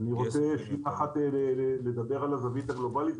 אני רוצה לדבר על הזווית הגלובלית,